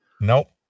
Nope